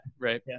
right